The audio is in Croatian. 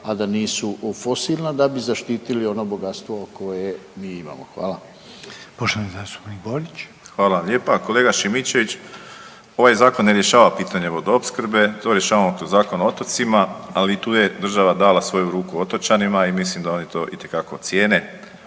a da nisu fosilna da bi zaštitili ono bogatstvo koje mi imamo? Hvala. **Reiner, Željko (HDZ)** Poštovani zastupnik Borić. **Borić, Josip (HDZ)** Hvala vam lijepa. Kolega Šimičević, ovaj zakon ne rješava pitanje vodoopskrbe, to rješava Zakon o otocima, ali i tu je država dala svoju ruku otočanima i mislim da oni to itekako cijene,